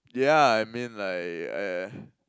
yeah I mean like I uh